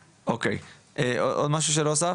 אוקי, עוד משהו שלא הוספת?